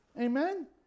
Amen